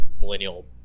millennial